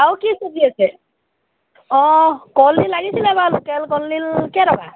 আৰু কি চবজি আছে অঁ কলডিল লাগিছিলে বাৰু লোকেল কলডিল কেইটকা